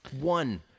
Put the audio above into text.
One